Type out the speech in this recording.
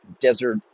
desert